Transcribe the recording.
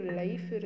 life